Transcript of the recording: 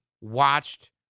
watched